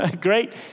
Great